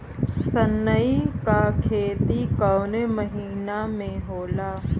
सनई का खेती कवने महीना में होला?